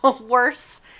worse